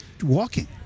walking